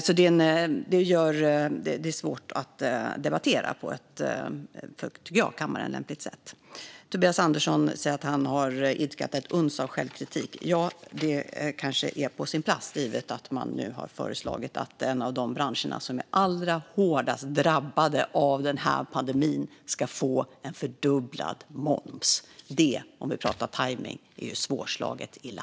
Det här gör det svårt, tycker jag, att debattera på ett i kammaren lämpligt sätt. Tobias Andersson säger att han har yppat ett uns av självkritik. Ja, det kanske är på sin plats givet att man har föreslagit att en av de branscher som är allra hårdast drabbade av pandemin ska få fördubblad moms. Det, om vi pratar tajmning, är ju svårslaget illa.